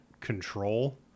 control